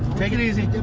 take it easy.